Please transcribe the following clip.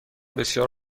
بسیار